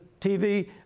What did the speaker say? TV